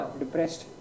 depressed